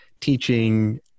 teaching